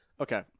okay